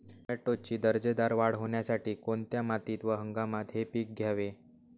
टोमॅटोची दर्जेदार वाढ होण्यासाठी कोणत्या मातीत व हंगामात हे पीक घ्यावे?